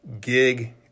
gig